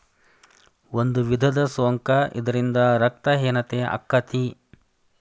ಒಂದು ವಿಧದ ಸೊಂಕ ಇದರಿಂದ ರಕ್ತ ಹೇನತೆ ಅಕ್ಕತಿ